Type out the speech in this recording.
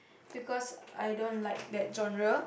because I don't like that genre